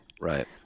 Right